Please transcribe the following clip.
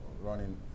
running